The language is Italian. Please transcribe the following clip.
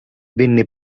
venne